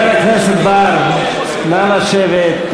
חבר הכנסת בר, נא לשבת.